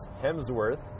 Hemsworth